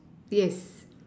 yes